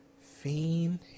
Fiend